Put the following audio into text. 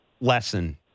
lesson